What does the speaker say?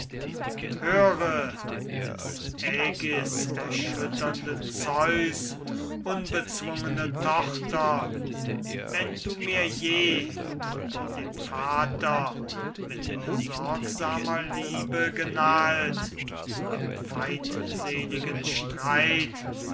höre des ägiserschütternden zeus unbezwungene tochter wenn du mir je und dem vater mit sorgsamer liebe genahet im feindseligen streit